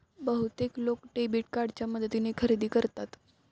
बहुतेक लोक डेबिट कार्डच्या मदतीने खरेदी करतात